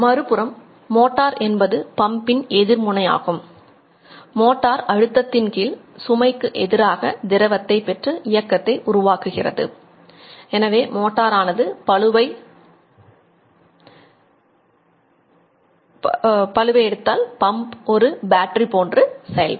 மறுபுறம் மோட்டார் என்பது பம்பின் எதிர்முனையாகும் மோட்டார் அழுத்தத்தின் கீழ் போன்று செயல்படும்